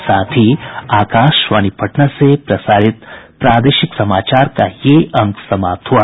इसके साथ ही आकाशवाणी पटना से प्रसारित प्रादेशिक समाचार का ये अंक समाप्त हुआ